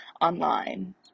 online